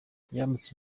yambutse